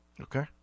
Okay